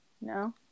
No